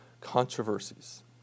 controversies